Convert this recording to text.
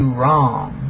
wrong